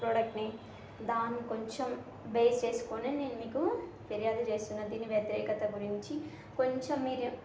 ప్రోడక్ట్ని దాన్ని కొంచెం బేస్ చేసుకునే నేను మీకు ఫిర్యాదు చేస్తున్న దీని వ్యతిరేకత గురించి కొంచెం మీరు